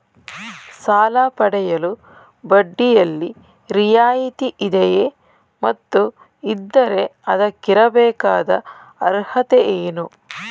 ಸಾಲ ಪಡೆಯಲು ಬಡ್ಡಿಯಲ್ಲಿ ರಿಯಾಯಿತಿ ಇದೆಯೇ ಮತ್ತು ಇದ್ದರೆ ಅದಕ್ಕಿರಬೇಕಾದ ಅರ್ಹತೆ ಏನು?